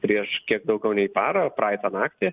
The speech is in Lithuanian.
prieš kiek daugiau nei parą praeitą naktį